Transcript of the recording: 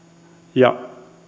ja